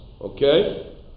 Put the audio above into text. Okay